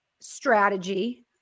strategy